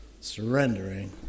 surrendering